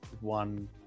one